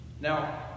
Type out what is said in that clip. Now